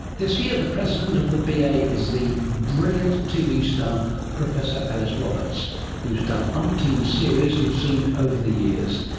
this year the president of the b. a. is the brilliant tv star professor alice roberts who has done umpteen series you've seen over the years.